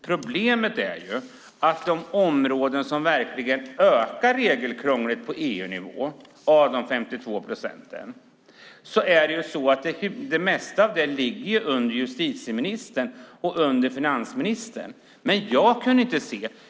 Problemet är dock att de flesta EU-regler ligger under justitieministern och finansministern.